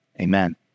Amen